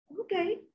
Okay